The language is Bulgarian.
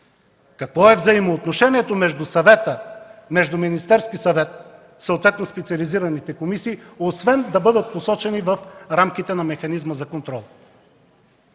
Какво е взаимоотношението между Съвета – между Министерския съвет, съответно специализираните комисии, освен да бъдат посочени в рамките на механизма за контрол?